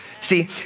See